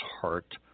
heart